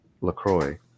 LaCroix